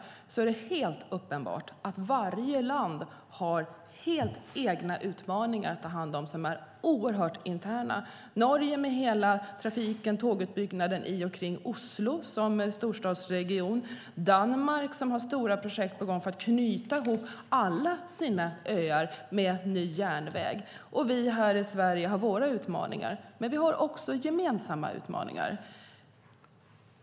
Vi kan konstatera att det är helt uppenbart att varje land har helt egna utmaningar att ta hand om som är oerhört interna. För Norge är det hela trafik och tågutbyggnaden i och kring storstadsregionen Oslo. Danmark har stora projekt på gång för att knyta ihop alla sina öar med ny järnväg. Vi här i Sverige har våra utmaningar. Det finns också gemensamma utmaningar.